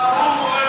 לא דברים,